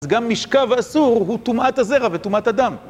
אז גם משכב האסור הוא טומאת הזרע וטומאת הדם.